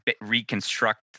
reconstruct